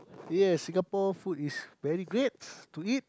yes Singapore food is very greats to eat